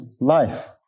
life